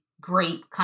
grape